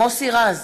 מוסי רז,